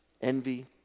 envy